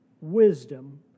wisdom